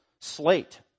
slate